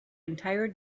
entire